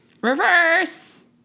Reverse